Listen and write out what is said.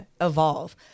evolve